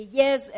yes